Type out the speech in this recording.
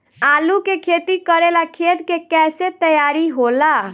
आलू के खेती करेला खेत के कैसे तैयारी होला?